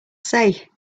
say